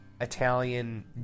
Italian